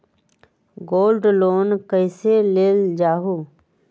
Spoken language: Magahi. गोल्ड लोन कईसे लेल जाहु?